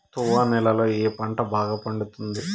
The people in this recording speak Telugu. తువ్వ నేలలో ఏ పంట బాగా పండుతుంది?